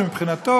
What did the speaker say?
שמבחינתו,